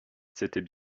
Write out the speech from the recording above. c’était